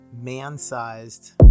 man-sized